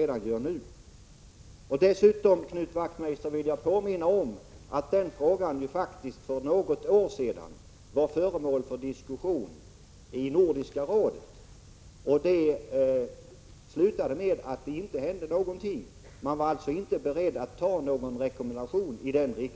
Jag vill dessutom, Knut Wachtmeister, påminna om att frågan faktiskt var föremål för diskussion i Nordiska rådet för något år sedan. Den diskussionen slutade med att det inte hände någonting. Inom Nordiska rådet var man alltså inte beredd att anta någon rekommendation om ankomstförsäljning.